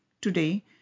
Today